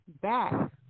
back